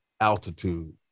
altitude